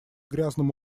грязном